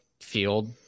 field